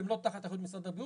הם לא תחת אחריות משרד הבריאות,